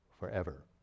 Forever